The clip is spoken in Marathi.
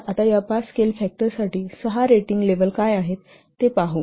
तर आता या पाच स्केल फॅक्टरसाठी सहा रेटिंग लेवल काय आहेत ते पाहू